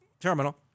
terminal